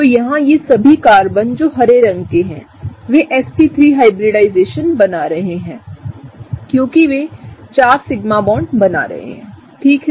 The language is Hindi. तो यहाँ ये सभी कार्बन जो हरे रंग के हैं वे sp3 हाइब्रिडाइजेशनबना रहे हैंक्योंकि वे 4 सिग्मा बॉन्ड बना रहे हैं ठीक है